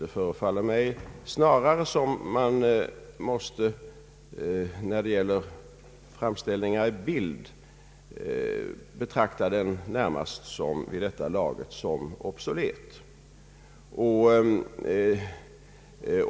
Det förefaller mig snarare som om man när det gäller framställningar i bild vid detta laget måste betrakta den närmast som obsolet.